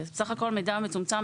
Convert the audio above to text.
זה בסך הכול מידע מצומצם,